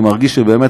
אני מרגיש שבאמת,